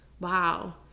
Wow